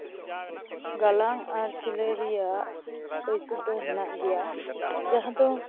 ᱜᱟᱞᱟᱝ ᱟᱨ ᱥᱤᱞᱟᱹᱭ ᱨᱮᱭᱟᱜ ᱠᱟᱹᱭᱛᱩᱠ ᱫᱚ ᱦᱮᱱᱟᱜ ᱜᱮᱭᱟ ᱡᱟᱦᱟᱸ ᱫᱚ